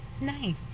Nice